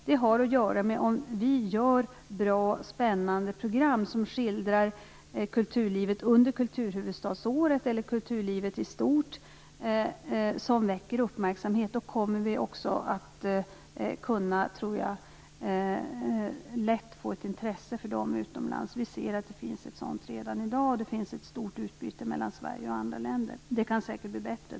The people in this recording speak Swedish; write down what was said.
Det har att göra med om vi gör bra och spännande program som skildrar kulturlivet under kulturhuvudstadsåret eller kulturlivet i stort, som väcker uppmärksamhet. Då blir det lätt att skapa ett intresse för dem utomlands. Vi ser att det finns ett sådant redan i dag. Det sker ett stort utbyte mellan Sverige och andra länder. Det kan dock säkert bli bättre.